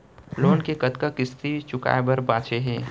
Loan के कतना किस्ती चुकाए बर बांचे हे?